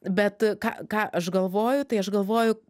bet ką ką aš galvoju tai aš galvoju